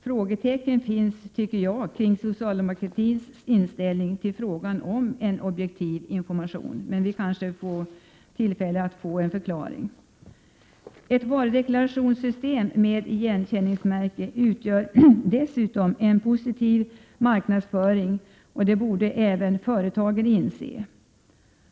Frågetecken finns kring socialdemokratins inställning till frågan om objektiv information. Vi kanske får tillfälle till en förklaring. Ett varudeklarationssystem med igenkänningsmärke utgör dessutom ett positivt inslag i marknadsföringen, det borde företagen inse.